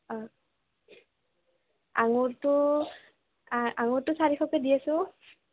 অঁ আঙুৰটো আ আঙুৰটো চাৰিশকৈ দি আছোঁ